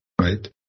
right